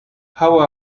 how